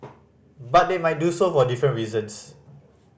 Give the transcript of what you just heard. but they might do so for different reasons